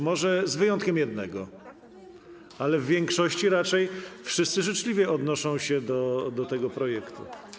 Może z wyjątkiem jednego, ale w większości raczej wszyscy życzliwie odnoszą się do tego projektu.